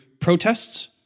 protests